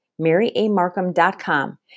maryamarkham.com